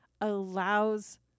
allows